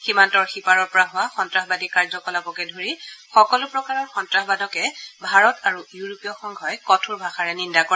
সীমান্তৰ সিপাৰৰ পৰা হোৱা সন্ত্ৰাসবাদী কাৰ্যকলাপকে ধৰি সকলো প্ৰকাৰৰ সন্তাসবাদকে ভাৰত আৰু ইউৰোপীয় সংঘই কঠোৰ ভাষাৰে নিন্দা কৰে